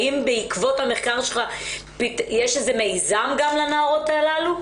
האם בעקבות המחקר שלך יש גם איזשהו מיזם לנערות הללו?